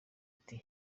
ati